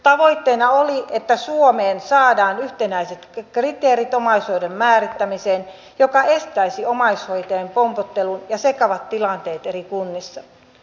tavoitteena oli että suomeen saadaan yhtenäiset kriteerit omaishoidon määrittämiseen mikä estäisi omaishoitajien pompottelun ja sekavat tilanteet eri kunnissa